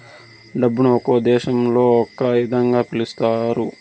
డబ్బును ఒక్కో దేశంలో ఒక్కో ఇదంగా పిలుత్తారు